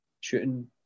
shooting